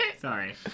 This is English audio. Sorry